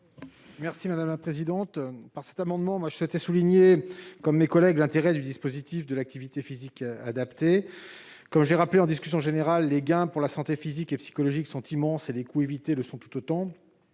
est à M. Éric Gold. Par cet amendement, je souhaite, à l'instar de mes collègues, souligner l'intérêt du dispositif de l'activité physique adaptée. Comme je l'ai rappelé lors de la discussion générale, les gains pour la santé physique et psychologique sont immenses et les coûts évités le sont tout autant.